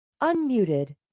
Unmuted